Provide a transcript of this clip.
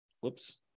whoops